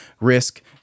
risk